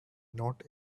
not